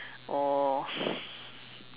or